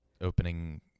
opening